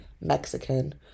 Mexican